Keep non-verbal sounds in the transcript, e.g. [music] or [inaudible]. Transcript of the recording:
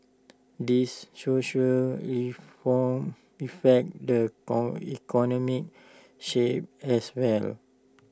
these social reforms affect the [unintelligible] economic [unintelligible] as well